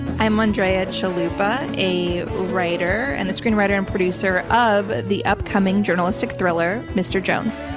i'm andrea chalupa, a writer and the screenwriter and producer of the upcoming journalistic thriller mr. jones.